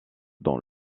dans